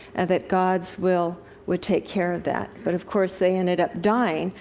and that god's will would take care of that. but, of course, they ended up dying,